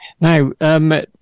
Now